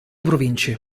province